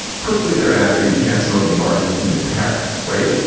quickly thereafter, you can't smoke in bars and even paris. right.